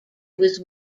was